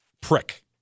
prick